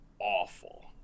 awful